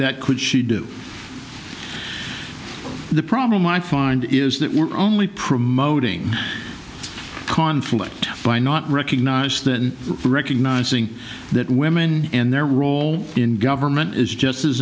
that could she do the problem i find is that we're only promoting conflict by not recognise that recognising that women and their role in government is just as